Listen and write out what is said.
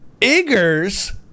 Iggers